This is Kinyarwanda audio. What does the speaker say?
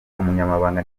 umunyamabanga